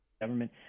government